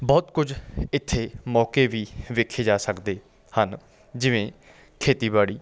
ਬਹੁਤ ਕੁਝ ਇੱਥੇ ਮੌਕੇ ਵੀ ਵੇਖੇ ਜਾ ਸਕਦੇ ਹਨ ਜਿਵੇਂ ਖੇਤੀਬਾੜੀ